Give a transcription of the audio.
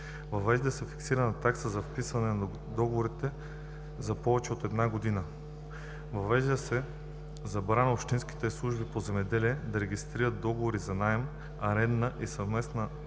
Въвежда се фиксирана такса за вписване на договорите за повече от една година. Въвежда се забрана общинските служби по земеделие да регистрират договори за наем, аренда и съвместна обработка